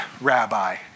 Rabbi